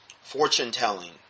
Fortune-telling